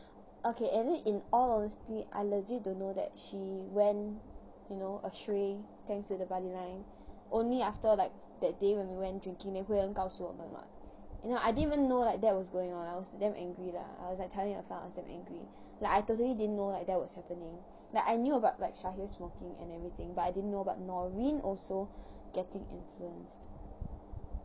okay edit in all honesty I legit don't know that she went you know astray thanks to the buddy line only after like that day when we went drinking then hui en 告诉我们 [what] you know I didn't even know that that was going on I was damn angry lah as I was like telling myself I damn angry like I totally didn't know like that was happening like I knew about like shahil smoking and everything but I didn't know but norin also getting influenced